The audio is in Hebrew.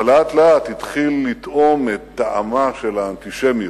אבל לאט-לאט הוא התחיל לטעום את טעמה של האנטישמיות,